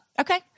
Okay